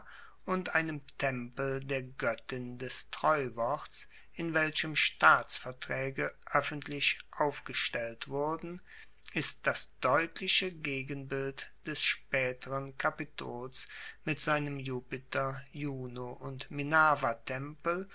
und einem tempel der goettin des treuworts in welchem staatsvertraege oeffentlich aufgestellt wurden ist das deutliche gegenbild des spaeteren kapitols mit seinem jupiter juno und